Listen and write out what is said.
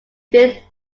did